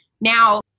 Now